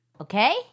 Okay